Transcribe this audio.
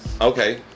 Okay